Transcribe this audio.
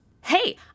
Hey